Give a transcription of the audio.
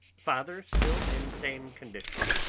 father still in same condition.